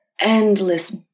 endless